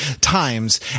times